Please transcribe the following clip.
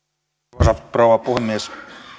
arvoisa rouva puhemies